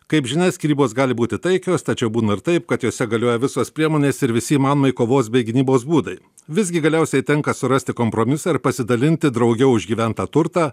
kaip žinia skyrybos gali būti taikios tačiau būna ir taip kad jose galioja visos priemonės ir visi įmanomi kovos bei gynybos būdai visgi galiausiai tenka surasti kompromisą ar pasidalinti drauge užgyventą turtą